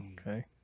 Okay